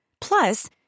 Plus